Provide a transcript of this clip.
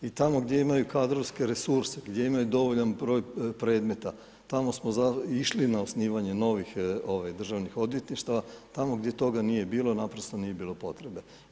I tamo gdje imaju kadrovske resurse, gdje imaju dovoljan broj predmeta, tamo smo i išli na osnivanje novih državnih odvjetništava, tamo gdje toga nije bilo naprosto nije bilo potrebe.